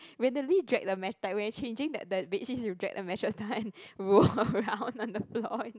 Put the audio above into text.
randomly drag the mattress when you're changing the the bed sheets you drag the mattress down and roll around on the floor and